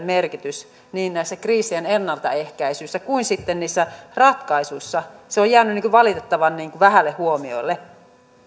merkitys niin kriisien ennaltaehkäisyssä kuin niissä ratkaisuissa on jäänyt valitettavan vähälle huomiolle